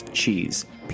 cheese